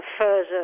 further